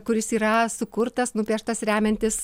kuris yra sukurtas nupieštas remiantis